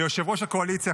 ליושב-ראש הקואליציה,